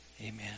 amen